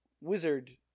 Wizard